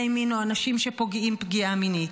מין או אנשים שפוגעים פגיעה מינית.